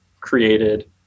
created